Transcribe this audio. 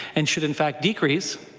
and should in fact decrease,